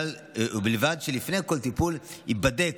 ובלבד שלפני כל טיפול יבדוק